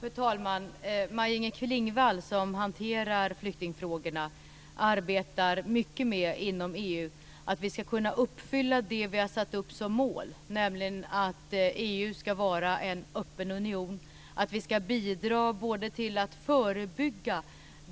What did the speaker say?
Fru talman! Maj-Inger Klingvall, som hanterar flyktingfrågorna, arbetar mycket inom EU med att vi ska uppfylla det vi har satt som mål, nämligen att EU ska vara en öppen union, att vi ska bidra både till att förebygga